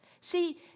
See